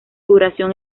duración